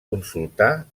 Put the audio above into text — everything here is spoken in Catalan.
consultar